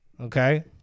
Okay